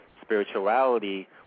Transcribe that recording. spirituality